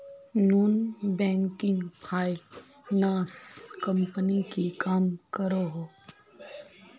Non banking finance company की काम करोहो?